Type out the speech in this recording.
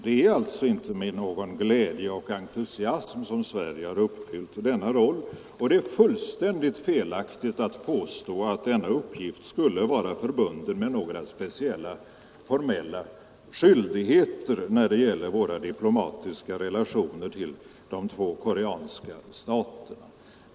Det är alltså inte med någon glädje och entusiasm som Sverige uppfyllt denna roll. Det är fullständigt felaktigt att påstå att denna uppgift skulle vara förbunden med formella skyldigheter när det gäller våra diplomatiska relationer till de två koreanska staterna.